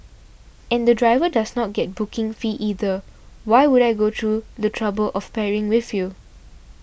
and the driver does not get booking fee either why would I go through the trouble of pairing with you